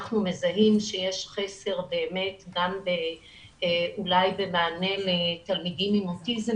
אנחנו מזהים שיש חסר באמת גם אולי במענה לתלמידים עם אוטיזם